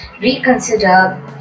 reconsider